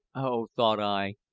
oh, thought i,